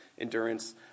endurance